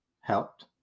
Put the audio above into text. helped